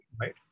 right